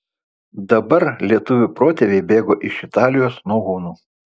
dabar lietuvių protėviai bėgo iš italijos nuo hunų